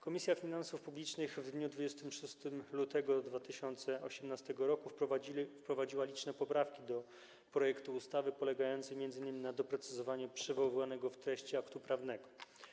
Komisja Finansów Publicznych w dniu 26 lutego 2018 r. wprowadziła liczne poprawki do projektu ustawy polegające m.in. na doprecyzowaniu przywoływanego w treści aktu prawnego.